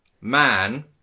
Man